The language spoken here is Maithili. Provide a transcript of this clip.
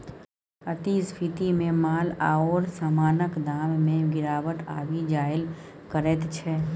अति स्फीतीमे माल आओर समानक दाममे गिरावट आबि जाएल करैत छै